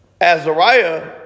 Azariah